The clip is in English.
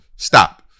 stop